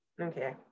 Okay